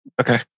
Okay